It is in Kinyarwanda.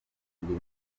zanjye